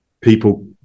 people